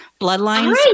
bloodlines